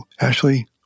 Ashley